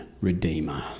Redeemer